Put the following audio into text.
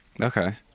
okay